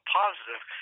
positive